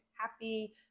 happy